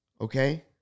Okay